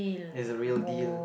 is the real deal